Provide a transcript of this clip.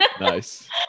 nice